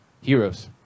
heroes